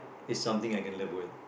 is something I can live with